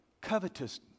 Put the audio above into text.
covetous